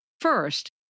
First